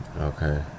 Okay